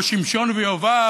או שמשון ויובב,